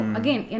again